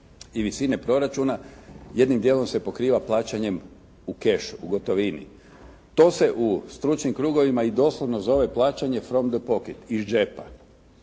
i visine proračuna jednim dijelom se pokriva plaćanjem u kešu, u gotovini. To se u stručnim krugovima i doslovno zove plaćanje "from the pocket", iz džepa.